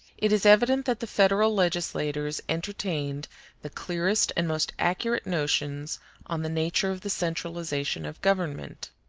it is evident that the federal legislators entertained the clearest and most accurate notions on the nature of the centralization of government.